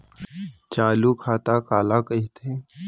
चालू खाता काला कहिथे?